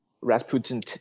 Rasputin